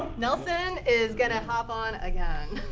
nelson is going to hop on again.